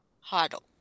huddle